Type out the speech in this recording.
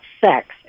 sex